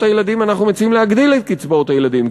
הילדים אנחנו מציעים להגדיל את קצבאות הילדים,